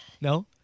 No